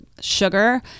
sugar